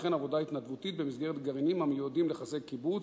וכן עבודה התנדבותית במסגרת גרעינים המיועדים לחזק קיבוץ,